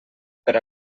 per